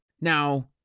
Now